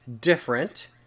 different